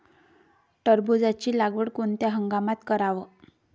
टरबूजाची लागवड कोनत्या हंगामात कराव?